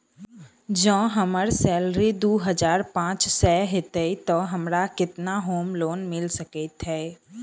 जँ हम्मर सैलरी दु हजार पांच सै हएत तऽ हमरा केतना होम लोन मिल सकै है?